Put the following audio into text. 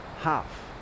half